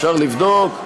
אפשר לבדוק.